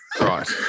Right